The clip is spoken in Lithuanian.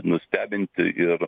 nustebinti ir